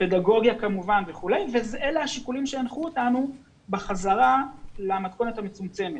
פדגוגיה כמובן וכולי ואלה השיקולים שהנחו אותנו בחזרה למתכונת המצומצמת.